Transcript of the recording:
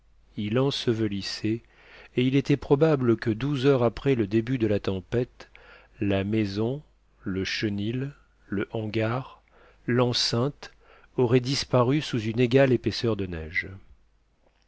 il ensevelissait et il était probable que douze heures après le début de la tempête la maison le chenil le hangar l'enceinte auraient disparu sous une égale épaisseur de neige